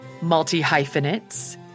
multi-hyphenates